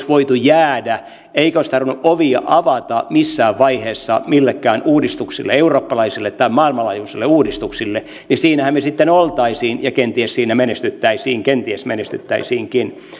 voitu jäädä eikä olisi tarvinnut ovia avata missään vaiheessa millekään uudistuksille eurooppalaisille tai maailmanlaajuisille uudistuksille niin siinähän me sitten olisimme ja kenties siinä menestyisimme kenties menestyisimmekin